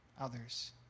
others